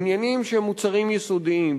עניינים שהם מוצרים יסודיים,